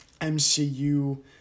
MCU